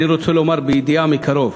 אני רוצה לומר בידיעה מקרוב: